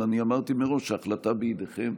אבל אני אמרתי מראש שההחלטה בידיכם,